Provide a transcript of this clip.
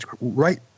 right